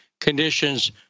conditions